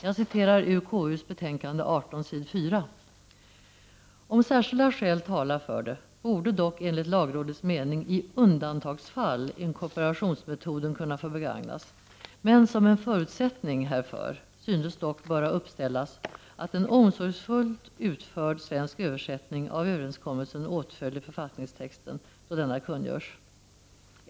Jag citerar ur KU:s betänkande 18 s. 4: ”Om särskilda skäl talar för det borde dock enligt lagrådets mening i undantagsfall inkorporationsmetoden kunna få begagnas men som en förutsättning härför syntes dock böra uppställas att en omsorgsfullt utförd svensk översättning av överenskommelsen åtföljer författningstexten då denna kungörs.